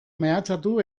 mehatxatu